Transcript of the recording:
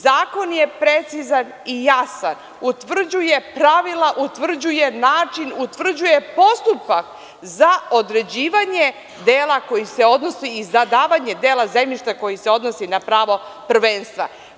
Zakon je precizan i jasan utvrđuje pravila, utvrđuje postupak za određivanje dela, koji se odnosi za davanje dela zemljišta koji se odnosi na pravo prvenstva.